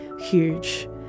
huge